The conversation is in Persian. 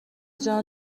جان